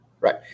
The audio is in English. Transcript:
Right